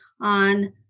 on